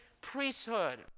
priesthood